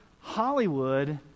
Hollywood